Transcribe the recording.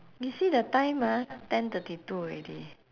you see the time ah ten thirty two already